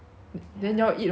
then you all eat only